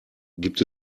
gibt